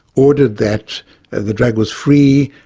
ordered that the drug was free,